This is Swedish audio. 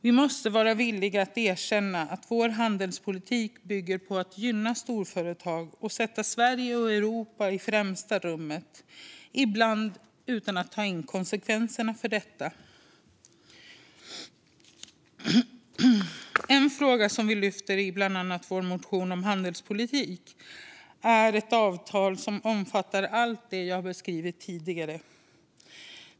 Vi måste vara villiga att erkänna att vår handelspolitik bygger på att gynna storföretag och att sätta Sverige och Europa i främsta rummet, ibland utan att ta in konsekvenserna av detta. En fråga som vi lyfter i bland annat vår motion om handelspolitik är ett avtal som omfattar allt det jag beskrivit tidigare.